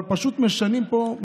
אבל פשוט משנים פה,